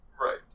Right